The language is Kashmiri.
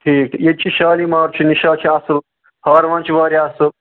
ٹھیٖک ییٚتہِ چھِ شالی مار چھُ نِشاط چھِ اَصٕل ہٲرون چھِ واریاہ اَصٕل